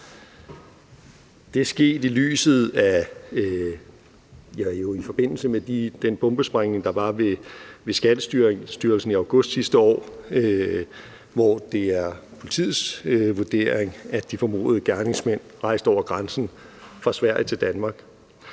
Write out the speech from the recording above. er sket i forbindelse med den bombesprængning, der var ved Skattestyrelsen i august sidste år, hvor det er politiets vurdering, at de formodede gerningsmænd rejste over grænsen fra Sverige til Danmark.